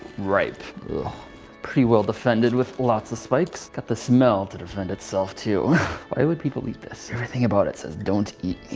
ripe pretty well-defended with lots of spikes it's got the smell to defend itself too why would people eat this? everything about it says don't eat